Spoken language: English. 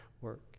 work